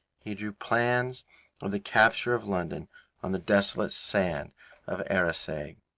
he drew plans of the capture of london on the desolate sand of arisaig.